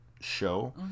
show